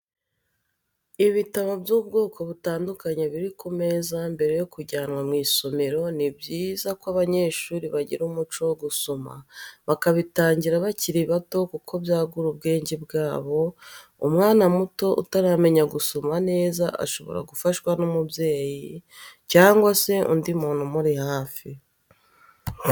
Ibitabo by'ubwoko butandukanye biri ku meza mbere yo kujyanwa mu isomero, ni byiza ko abanyeshuri bagira umuco wo gusoma bakabitangira bakiri bato kuko byagura ubwenge bwabo, umwana muto utaramenya gusoma neza ashobora gufashwa n'umubyeyi cyangwa se undi muntu umuri hafi.